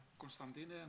Constantine